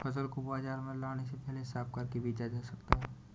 फसल को बाजार में लाने से पहले साफ करके बेचा जा सकता है?